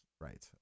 Right